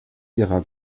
ihrer